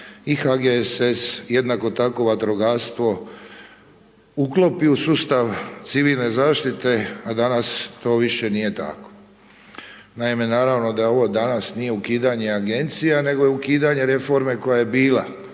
HGSS, jednako tako vatrogastvo uklopi u sustav civilne zaštite a danas to više nije tako. Naime naravno da ovo danas nije ukidanje agencija nego je ukidanje reforme koja je bila